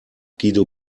guido